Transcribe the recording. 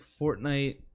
Fortnite